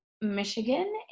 Michigan